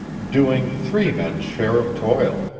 doing three men's share of toil.